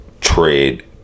Trade